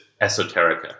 esoterica